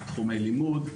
תחומי לימוד,